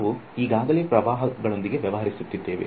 ನಾವು ಈಗಾಗಲೇ ಪ್ರವಾಹಗಳೊಂದಿಗೆ ವ್ಯವಹರಿಸುತ್ತಿದ್ದೇವೆ